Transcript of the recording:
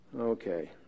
Okay